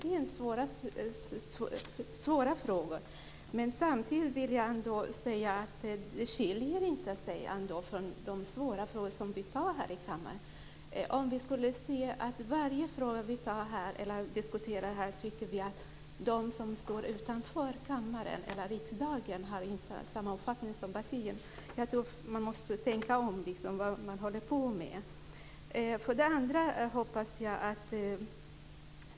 Det är svåra frågor. Samtidigt vill jag säga att det inte skiljer sig åt från de svåra frågor som vi fattar beslut om här i kammaren. Om vi skulle märka att de människor som befinner sig utanför riksdagen inte har samma uppfattning som partiet i varje fråga som vi diskuterar eller fattar beslut om här så måste man tänka om i fråga om vad man håller på med.